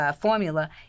formula